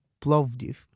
Plovdiv